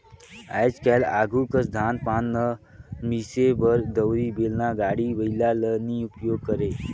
आएज काएल आघु कस धान पान ल मिसे बर दउंरी, बेलना, गाड़ी बइला ल नी उपियोग करे